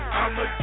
i'ma